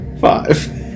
Five